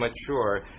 mature